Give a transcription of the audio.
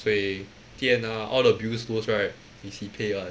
水电 ah all bills those right is he pay one